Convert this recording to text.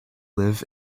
live